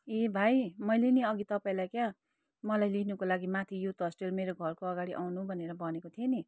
ए भाइ मैले नि अघि तपाईँलाई क्या हो मलाई लिनुको लागि माथि युथ होस्टेल मेरो घरको अगाडि आउनु भनेर भनेको थिएँ नि